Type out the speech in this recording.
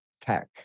tech